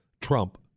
Trump—